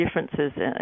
differences